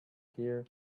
here